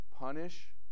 punish